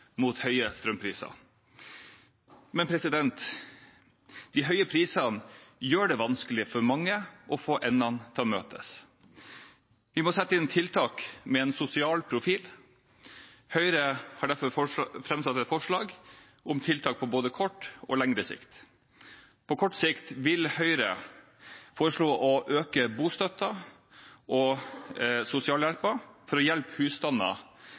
mot høye strømpriser. Men de høye prisene gjør det vanskelig for mange å få endene til å møtes. Vi må sette inn tiltak med en sosial profil. Høyre har derfor framsatt et forslag om tiltak på både kort og lengre sikt. På kort sikt vil Høyre foreslå å øke bostøtten og sosialhjelpen for å hjelpe